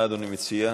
מה אדוני מציע?